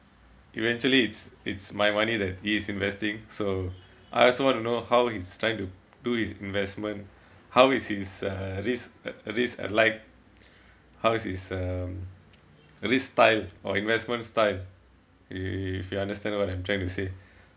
eventually it's it's my money that he is investing so I also want to know how he's trying to do this investment how is his uh risk risk like how is his um risk style or investment style if you understand what I'm trying to say